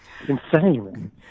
Insane